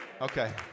Okay